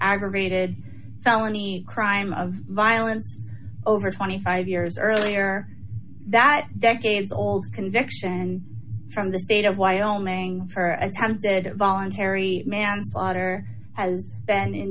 aggravated felony crime of violence over twenty five years earlier that decades old conviction and from the state of wyoming for attempted voluntary manslaughter has been in